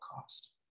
cost